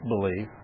believe